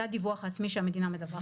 זה הדיווח העצמי שהמדינה מדווחת.